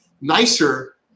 nicer